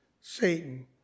Satan